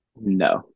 No